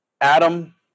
Adam